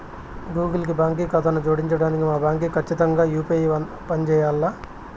Google కి బాంకీ కాతాను జోడించడానికి మా బాంకీ కచ్చితంగా యూ.పీ.ఐ పంజేయాల్ల